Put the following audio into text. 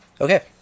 Okay